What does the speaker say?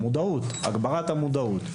הגברת המודעות.